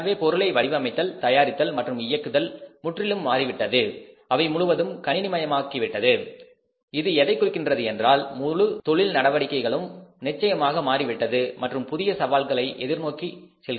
எனவே பொருளை வடிவமைத்தல் தயாரித்தல் மற்றும் இயக்குதல் முற்றிலும் மாறிவிட்டது அவை முழுவதும் கணினி மயமாகிவிட்டது இது எதைக் குறிக்கிறது என்றால் முழு தொழில் நடவடிக்கைகளும் நிச்சயமாக மாறிவிட்டது மற்றும் புதிய சவால்களை எதிர்நோக்கி செல்கின்றது